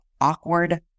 awkward